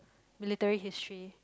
military history